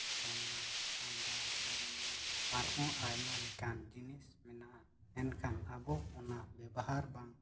ᱥᱳᱱᱟ ᱛᱟᱸᱵᱟ ᱤᱭᱩᱨᱮᱱᱤᱭᱟᱢ ᱟᱨ ᱦᱚᱸ ᱟᱭᱢᱟ ᱞᱮᱠᱟᱱ ᱡᱤᱱᱤᱥ ᱢᱮᱱᱟᱜᱼᱟ ᱮᱱᱠᱷᱟᱱ ᱟᱵᱚ ᱚᱱᱱᱟ ᱵᱮᱵᱚᱦᱟᱨ ᱵᱟᱝ